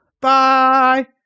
Bye